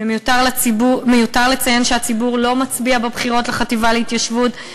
ומיותר לציין שהציבור לא מצביע בבחירות לחטיבה להתיישבות.